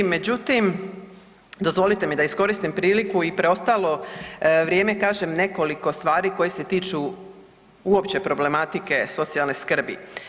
Međutim, dozvolite mi da iskoristim priliku i preostalo vrijeme kažem nekoliko stvari koje se tiču uopće problematike socijalne skrbi.